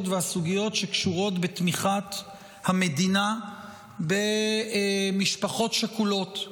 והסוגיות שקשורות בתמיכת המדינה במשפחות שכולות,